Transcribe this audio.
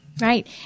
Right